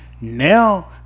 Now